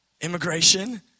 Immigration